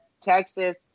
Texas